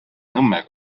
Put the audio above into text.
nõmme